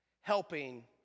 helping